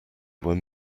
when